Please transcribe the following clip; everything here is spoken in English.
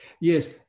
Yes